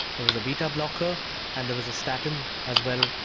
there was a beta blocker and there was a statin as well,